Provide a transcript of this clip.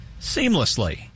Seamlessly